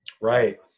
right